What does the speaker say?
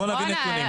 בואו נביא נתונים.